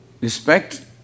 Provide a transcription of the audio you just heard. Respect